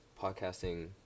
podcasting